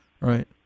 right